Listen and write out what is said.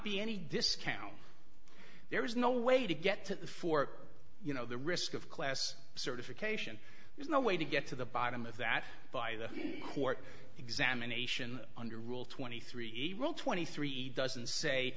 be any discount there is no way to get to the for you know the risk of class certification there's no way to get to the bottom of that by the court examination under rule twenty three a rule twenty three it doesn't say